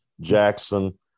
Jackson